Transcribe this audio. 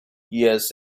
years